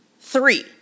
Three